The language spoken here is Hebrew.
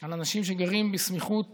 על אנשים שגרים בסמיכות